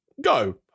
go